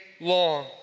long